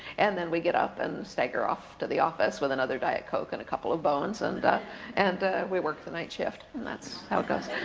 and then we get up and stagger off to the office with another diet coke and a couple of bones, and and we work the night shift, and that's how it goes.